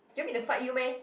you want me to fight you meh